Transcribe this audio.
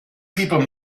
people